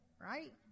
right